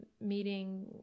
meeting